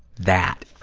that